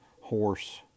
Horse